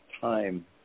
time